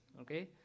okay